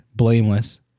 blameless